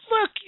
look